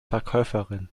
verkäuferin